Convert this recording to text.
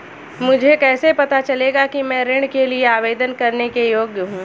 मुझे कैसे पता चलेगा कि मैं ऋण के लिए आवेदन करने के योग्य हूँ?